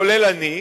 כולל אני,